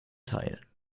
teilen